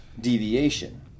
deviation